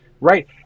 right